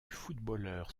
footballeur